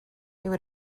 would